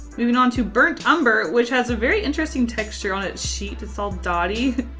moving onto burnt umber which has a very interesting texture on it sheet. it's all dotty.